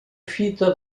fita